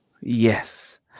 Yes